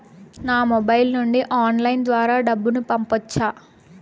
నా మొబైల్ నుండి ఆన్లైన్ ద్వారా డబ్బును పంపొచ్చా